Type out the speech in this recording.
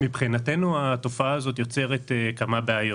מבחינתנו, התופעה הזו יוצרת כמה בעיות: